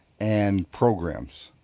and programs.